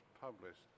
published